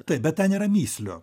taip bet ten yra mįslių